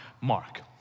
Mark